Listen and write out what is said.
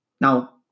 Now